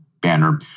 banner